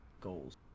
goals